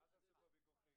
נוסף על האמור,